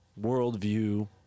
worldview